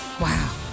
Wow